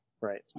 Right